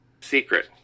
Secret